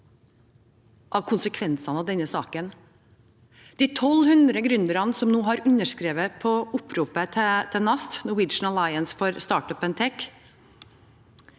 av konsekvensene av denne sa ken. De 1 200 gründerne som har skrevet under på oppropet til NAST, Norwegian Alliance for Startups & Tech,